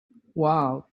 wow